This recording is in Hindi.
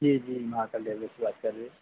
जी जी महाकाल से बात कर रहे